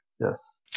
Yes